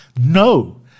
No